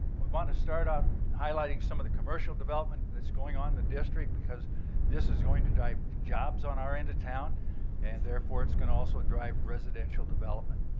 want to start out highlighting some of the commercial development that's going on the district because this is going to drive jobs on our end of town and therefore it's going to also drive residential development.